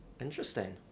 Interesting